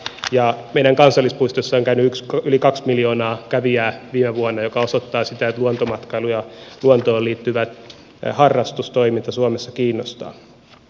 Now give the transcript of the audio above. meidän kansallispuistoissa on käynyt yli kaksi miljoonaa kävijää viime vuonna mikä osoittaa sitä että luontomatkailu ja luontoon liittyvä harrastustoiminta suomessa kiinnostaa